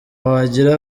wagira